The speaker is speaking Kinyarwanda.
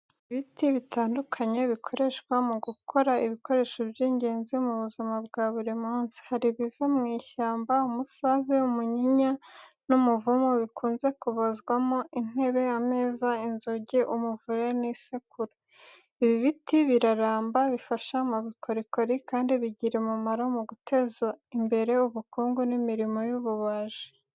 Ibiti bitandukanye bikoreshwa mu gukora ibikoresho by’ingenzi mu buzima bwa buri munsi. Hari ibiva mu ishyamba, umusave, umunyinya, n’umuvumu bikunze kubazwamo intebe, ameza, inzugi, umuvure n’isekuru. Ibi biti biraramba, bifasha mu bukorikori, kandi bigira umumaro mu guteza imbere ubukungu n’imirimo y’ububaji.